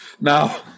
Now